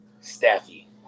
Staffy